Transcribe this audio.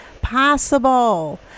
possible